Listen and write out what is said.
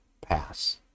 pass